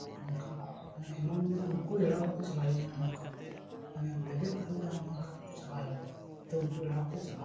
ᱱᱚᱝᱠᱟᱱ ᱵᱷᱟᱵ ᱢᱟᱱᱮ ᱮᱢᱚᱱ ᱡᱮᱱᱚ ᱩᱱᱠᱩ ᱮᱲᱟᱣ ᱠᱟᱛᱮ ᱪᱟᱞᱟᱣ ᱦᱩᱭᱩᱜᱼᱟ ᱢᱟᱱᱮ ᱱᱚᱝᱠᱟ ᱵᱷᱤᱲ ᱢᱟᱱᱮ ᱞᱮᱵᱮᱫ ᱦᱩᱭᱩᱜᱼᱟ ᱱᱚᱝᱠᱟ ᱠᱟᱛᱮ ᱪᱟᱞᱟᱜ ᱦᱩᱭᱩᱜᱼᱟ ᱛᱚ ᱩᱱᱠᱩ ᱮᱲᱟᱣ ᱠᱟᱛᱮ ᱪᱟᱞᱟᱜ ᱦᱩᱭᱩᱜᱼᱟ